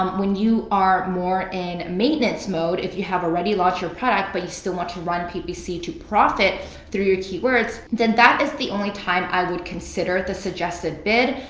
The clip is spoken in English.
um when you are more in the maintenance mode, if you have already launched your product but you still want to run ppc to profit through your keywords, then that is the only time i would consider the suggested bid.